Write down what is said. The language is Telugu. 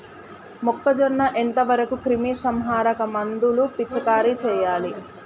మొక్కజొన్న ఎంత వరకు క్రిమిసంహారక మందులు పిచికారీ చేయాలి?